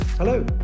Hello